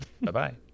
Bye-bye